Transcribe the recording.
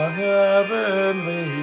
heavenly